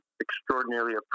extraordinarily